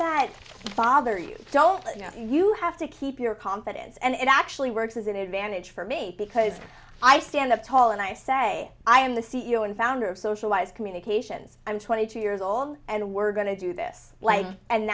that father you don't you know you have to keep your confidence and it actually works as an advantage for me because i stand up tall and i say i am the c e o and founder of socialize communications i'm twenty two years old and we're going to do this